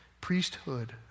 Priesthood